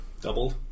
Doubled